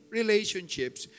relationships